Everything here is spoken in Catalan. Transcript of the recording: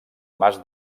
mas